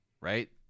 right